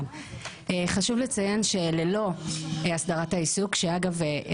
לציין שללא הסגרת העיסוק אגב,